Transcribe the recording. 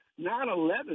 9-11